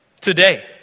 Today